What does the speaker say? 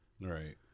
Right